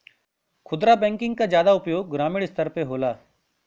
खुदरा बैंकिंग के जादा उपयोग ग्रामीन स्तर पे होला